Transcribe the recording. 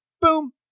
Boom